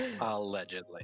Allegedly